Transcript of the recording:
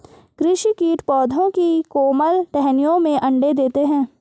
कृषि कीट पौधों की कोमल टहनियों में अंडे देते है